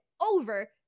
over